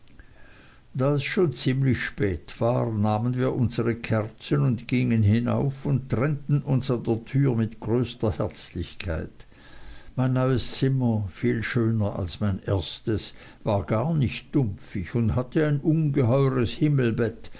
es schon ziemlich spät war nahmen wir unsere kerzen und gingen hinauf und trennten uns an der türe mit größter herzlichkeit mein neues zimmer viel schöner als mein erstes war gar nicht dumpfig und hatte ein ungeheures himmelbett